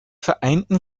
vereinten